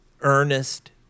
earnest